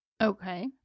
Okay